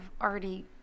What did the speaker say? already